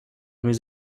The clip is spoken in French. mes